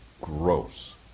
gross